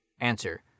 Answer